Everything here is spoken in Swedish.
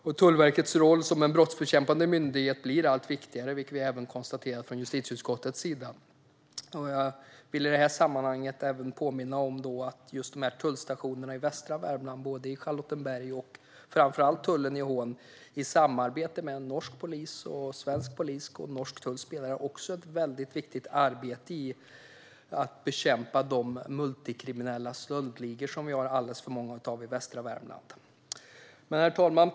Tullverkets roll som brottsbekämpande myndighet blir allt viktigare, vilket även justitieutskottet har konstaterat. I det sammanhanget vill jag påminna om att just tullstationerna i västra Värmland, i Charlottenberg och framför allt i Hån, i samarbete med norsk tull och norsk och svensk polis spelar en viktig roll när det gäller att bekämpa de många multikriminella stöldligorna i västra Värmland. Herr talman!